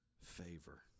favor